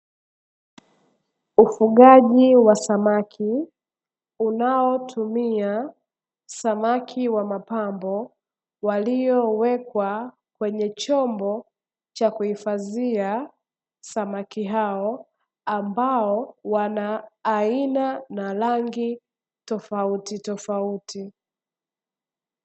Ufugaji wa samaki, unaotumia samaki wa mapambo, waliowekwa kwenye chombo cha kuhifadhia samaki hao, ambao wana aina na rangi tofautitofauti.